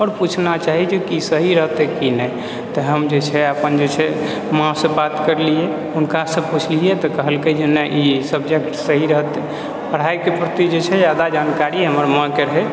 आओर पूछना चाही जे की सही रहतै आओर नहि तऽ हम जे छै अपन जे छै माँ सँ बात करलियै हुनकासँ पुछलियै तऽ कहलकै जे नहि ई सब्जेक्ट सही रहतै पढाइके प्रति जादा जानकारी हमर माँके रहै